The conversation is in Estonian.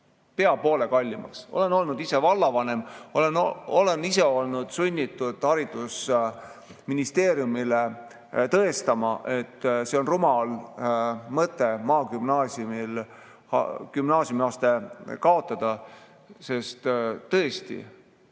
pea poole kallimaks. Olen olnud ise vallavanem ja olen olnud sunnitud haridusministeeriumile tõestama, et on rumal mõte maagümnaasiumis gümnaasiumiaste kaotada, sest tõesti,